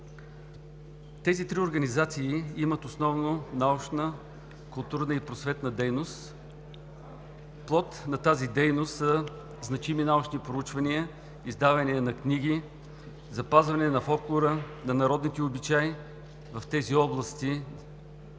Тези три организации имат основно научна, културна и просветна дейност. Плод на тази дейност са значими научни проучвания, издаване на книги, запазване на фолклора, народни обичаи в тези области